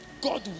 God